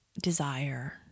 desire